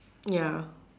ya